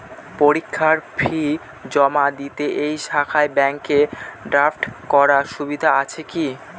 পরীক্ষার ফি জমা দিব এই শাখায় ব্যাংক ড্রাফট করার সুবিধা আছে কি?